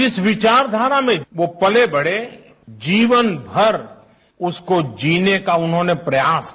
जिस विचारधारा में वो पले बढे जीवनभर उसको जीने का उन्होंने प्रयास किया